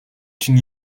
чинь